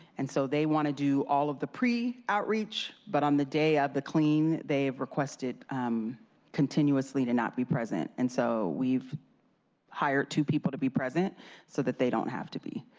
and so they want to do all of the pre outreach, but on the day of the clean they have requested um continuously to not be present. and so we've hired two people to be present so that they don't have to be.